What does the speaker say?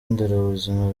nderabuzima